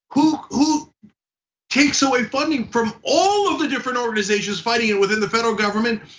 who who takes away funding from all of the different organizations fighting it within the federal government,